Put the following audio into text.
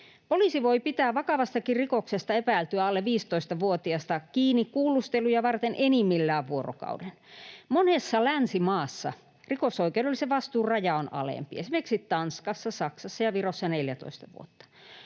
Poliisi voi pitää vakavastakin rikoksesta epäiltyä alle 15-vuotiasta kiinni kuulusteluja varten enimmillään vuorokauden. Monessa länsimaassa rikosoikeudellisen vastuun raja on alempi, esimerkiksi Tanskassa, Saksassa ja Virossa 14 vuotta.